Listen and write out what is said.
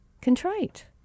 contrite